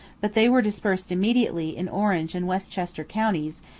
but they were dispersed immediately in orange and westchester counties,